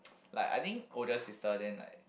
like I think older sister then like